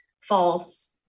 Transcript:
false